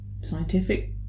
scientific